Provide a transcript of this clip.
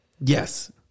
Yes